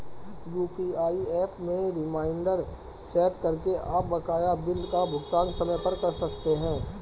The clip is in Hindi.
यू.पी.आई एप में रिमाइंडर सेट करके आप बकाया बिल का भुगतान समय पर कर सकते हैं